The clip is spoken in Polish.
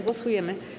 Głosujemy.